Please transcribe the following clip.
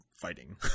fighting